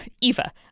Eva